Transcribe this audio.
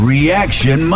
Reaction